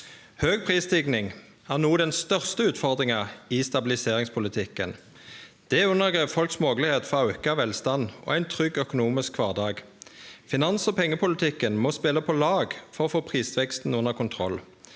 Høg prisstigning er no den største utfordringa i stabiliseringspolitikken. Det undergrev folks moglegheit for auka velstand og ein trygg økonomisk kvardag. Finans- og pengepolitikken må spele på lag for å få prisveksten under kontroll.